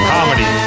Comedy